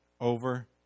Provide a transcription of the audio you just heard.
over